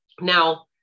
Now